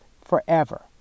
forever